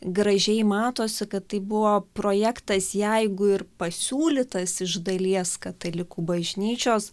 gražiai matosi kad tai buvo projektas jeigu ir pasiūlytas iš dalies katalikų bažnyčios